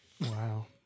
Wow